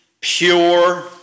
pure